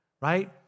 right